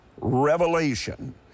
revelation